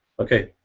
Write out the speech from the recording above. okay.